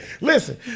Listen